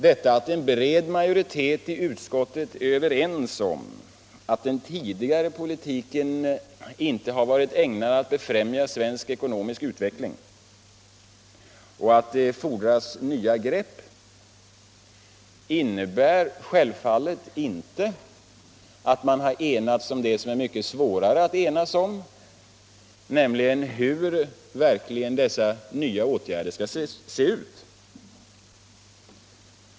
Att en bred majoritet i utskottet är överens om att den tidigare ekonomiska politiken inte har varit ägnad att befrämja svensk ekonomisk utveckling och att det nu fordras nya grepp innebär självfallet inte att man har enats om vad som är mycket svårare att enas om, nämligen hur dessa nya åtgärder skall se ut.